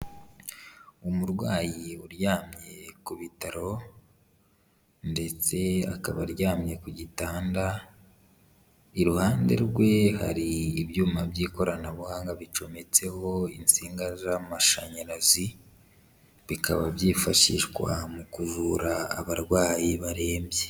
Umurwayi uryamye ku bitaro ndetse akaba aryamye ku gitanda, iruhande rwe hari ibyuma by'ikoranabuhanga bicometseho insinga z'amashanyarazi, bikaba byifashishwa mu kuvura abarwayi barembye.